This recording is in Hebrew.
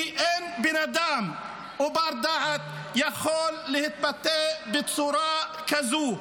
כי אין בן אדם או בר דעת שיכול להתבטא בצורה כזו.